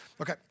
Okay